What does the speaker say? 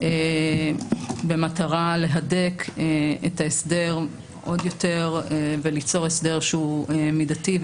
במטרה להדק את ההסדר עוד יותר וליצור הסדר שהוא מידתי,